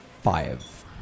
five